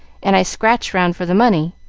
and i scratched round for the money.